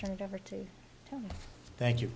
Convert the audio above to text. turned over to thank you